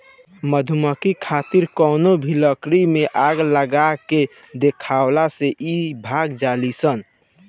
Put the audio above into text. मधुमक्खी खातिर कवनो भी लकड़ी में आग जला के देखावला से इ भाग जालीसन